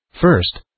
first